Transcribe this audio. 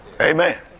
Amen